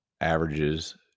averages